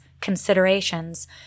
considerations